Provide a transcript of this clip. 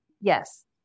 Yes